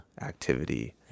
activity